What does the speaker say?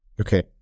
Okay